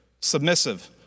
submissive